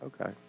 Okay